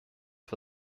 for